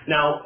Now